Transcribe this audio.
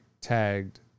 tagged